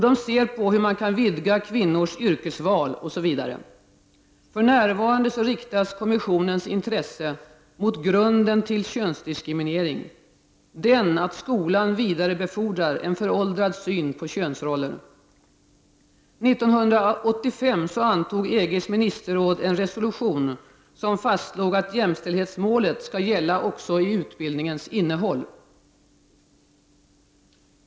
De ser på hur man kan vidga kvinnors yrkesval osv. För närvarande riktas kommissionens intresse mot grunden till könsdiskriminering: att skolan vidarebefordrar en föråldrad syn på könsroller. 1985 antog EG:s ministerråd en resolution, där det fastslogs att jämställdhetsmålet också skall gälla i utbildningens innehåll.